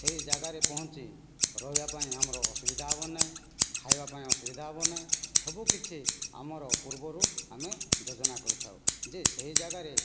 ସେହି ଜାଗାରେ ପହଁଞ୍ଚି ରହିବା ପାଇଁ ଆମର ଅସୁବିଧା ହେବ ନାଇଁ ଖାଇବା ପାଇଁ ଅସୁବିଧା ହେବ ନାଇଁ ସବୁ କିଛି ଆମର ପୂର୍ବରୁ ଆମେ ଯୋଜନା କରିଥାଉ ଯେ ସେହି ଜାଗାରେ